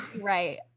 Right